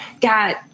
got